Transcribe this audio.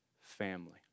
family